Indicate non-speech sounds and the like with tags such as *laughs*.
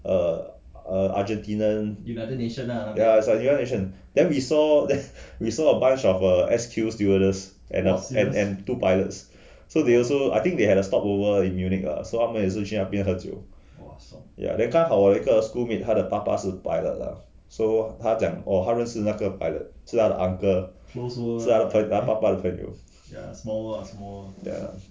err err argentina ya is like united nation then we saw *laughs* then we saw a bunch of a S_Q stewardess and and two pilots so they also I think they had to stop over in unique ah so 他们也是去那边喝酒 ya then 刚好我有一个 schoolmate 她的爸爸是 pilot lah so 他讲他认识那个 pilot 是他的 uncle 是他爸爸的朋友